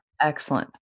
Excellent